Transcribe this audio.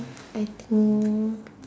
I think